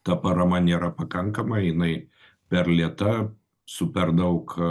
ta parama nėra pakankama jinai per lėta su per daug